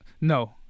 No